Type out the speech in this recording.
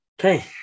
Okay